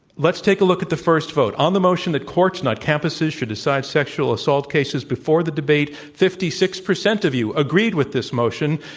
let's take a look at the first vote, on the motion that courts, not campuses should decide sexual assault cases, before the debate, fifty six percent of you agreed with this motion.